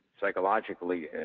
psychologically